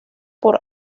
por